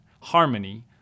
harmony